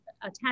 attach